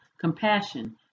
compassion